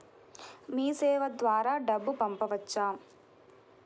మీసేవ ద్వారా డబ్బు పంపవచ్చా?